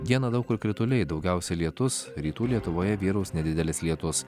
dieną daug kur krituliai daugiausiai lietus rytų lietuvoje vyraus nedidelis lietus